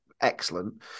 excellent